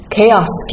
Chaos